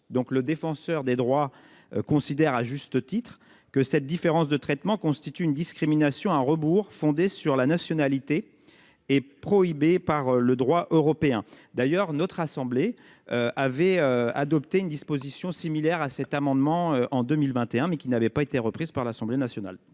le défenseur des droits considère à juste titre, que cette différence de traitement constitue une discrimination à rebours fondée sur la nationalité est prohibé par le droit européen d'ailleurs notre assemblée avait adopté une disposition similaire à cet amendement en 2021, mais qui n'avait pas été reprise par l'Assemblée nationale.